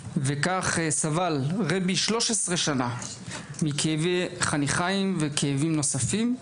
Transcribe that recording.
וכך סבל רבי 13 שנה מכאבי חניכיים וכאבים נוספים.